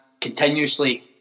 continuously